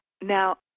Now